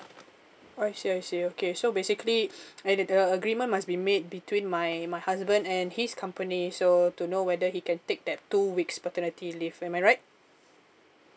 I see I see okay so basically I need the uh agreement must be made between my my husband and his company so to know whether he can take that two weeks paternity leave am I right